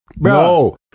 No